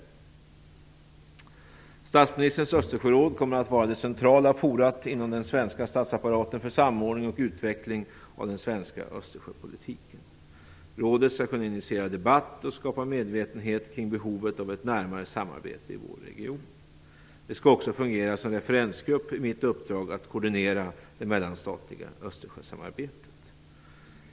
Statsministerns Östersjöråd kommer att vara det centrala forumet inom den svenska statsapparaten för samordning och utveckling av den svenska Östersjöpolitiken. Rådet skall kunna initiera debatt och skapa medvetenhet kring behovet av ett närmare samarbete i vår region. Det skall också fungera som referensgrupp i mitt uppdrag att koordinera det mellanstatliga Östersjösamarbetet.